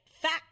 fact